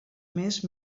més